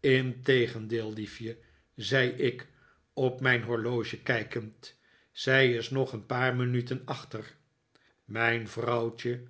integendeel liefje zei ik op mijn horloge kijkend zij is nog een paar minuten achter mijn vrouwtje